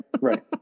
right